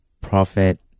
prophet